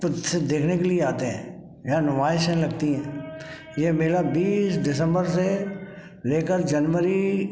कुछ देखने के लिए आते हैं यहाँ नुमाइशें लगती हैं ये मेला बीस दिसम्बर से ले कर जनवरी